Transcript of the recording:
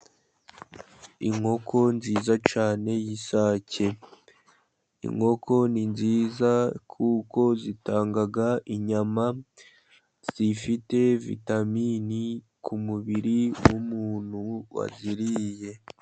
Inkoko nziza cyane y'isake. Inkoko ni nziza kuko zitanga inyama zifite vitamini ku mubiri w'umuntu waziriye.